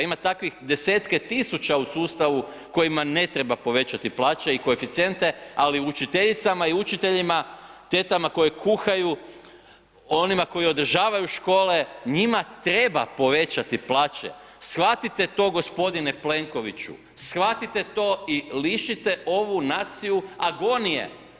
Ima takvih desetke tisuća u sustavu kojima ne treba povećati plaće i koeficijente ali učiteljicama i učiteljima, tetama koje kuhaju, onima koji održavaju škole, njima treba povećati plaće, shvatite to g. Plenkoviću i lišite ovu naciju agonije.